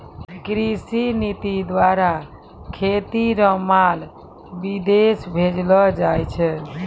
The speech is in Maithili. कृषि नीति द्वारा खेती रो माल विदेश भेजलो जाय छै